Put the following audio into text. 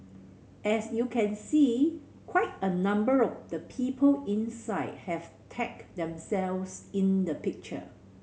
as you can see quite a number of the people inside have tagged themselves in the picture